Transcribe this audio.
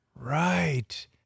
Right